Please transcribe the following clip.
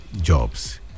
jobs